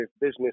business